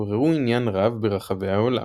עוררו עניין רב ברחבי העולם.